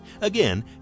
Again